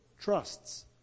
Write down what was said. trusts